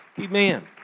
amen